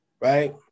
right